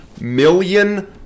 Million